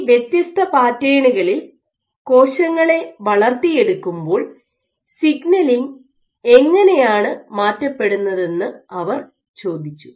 ഈ വ്യത്യസ്ത പാറ്റേണുകളിൽ കോശങ്ങളെ വളർത്തിയെടുക്കുമ്പോൾ സിഗ്നലിംഗ് എങ്ങനെയാണ് മാറ്റപ്പെടുന്നത് എന്ന് അവർ ചോദിച്ചു